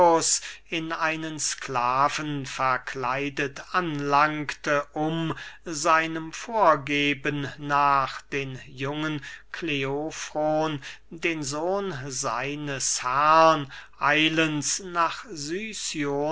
in einen sklaven verkleidet anlangte um seinem vorgeben nach den jungen kleofron den sohn seines herren eilends nach